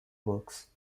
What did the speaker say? works